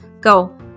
Go